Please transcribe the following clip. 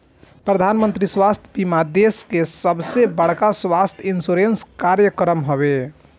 प्रधानमंत्री स्वास्थ्य बीमा देश के सबसे बड़का स्वास्थ्य इंश्योरेंस कार्यक्रम हवे